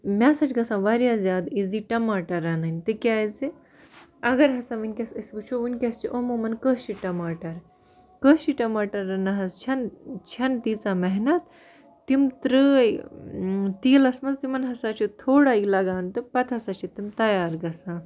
مےٚ ہسا چھُ گژھان واریاہ زیادٕ ایٖزی ٹماٹر رَنٕنۍ تِکیٛازِ اگر ہسا وُنٛکیٚس أسۍ وُچھو وُنٛکیٚس چھِ عموٗمًا کٲشِرۍ ٹماٹر کٲشِرۍ ٹماٹر رَنان حظ چھَنہٕ چھَنہٕ تیٖژاہ محنت تِم ترٛٲے تیٖلَس منٛز تِمَن ہسا چھُ تھوڑا یہِ لَگان تہٕ پَتہٕ ہسا چھِ تِم تیار گژھان